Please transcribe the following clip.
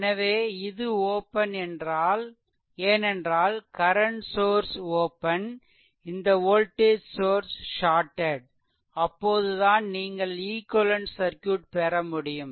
எனவே இது ஓப்பன் ஏனென்றால் கரன்ட் சோர்ஸ் ஓப்பன் இந்த வோல்டேஜ் சோர்ஸ் ஷார்டெட்அப்போதுதான் நீங்கள் ஈக்வெலென்ட் சர்க்யூட் பெறமுடியும்